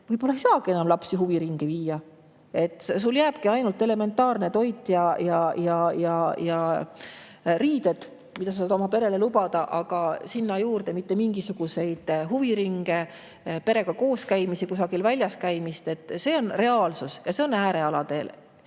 võib-olla ei saagi enam lapsi huviringi viia. Sulle jääbki ainult elementaarne toit ja riided, mida sa saad oma perele lubada, aga sinna juurde mitte mingisuguseid huviringe, perega koos käimisi, kusagil väljas käimist. See on reaalsus ja äärealadel